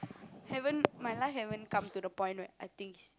haven't my life haven't come to the point where I think is